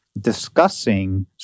discussing